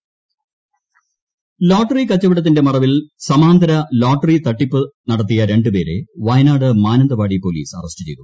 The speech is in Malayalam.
ലോട്ടറി തട്ടിപ്പ് ലോട്ടറി കച്ചവടത്തിന്റെ മറവിൽ സമാന്തര ലോട്ടറി തട്ടിപ്പ് നടത്തിയ രണ്ടുപേരെ വയനാട് മാനന്തവാടി പോലീസ്സ് അറസ്റ്റ് ചെയ്തു